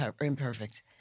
imperfect